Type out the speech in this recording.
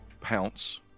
pounce